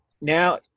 now